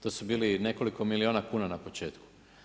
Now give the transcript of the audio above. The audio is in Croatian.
To su bili nekoliko milijuna kuna na početku.